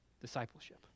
discipleship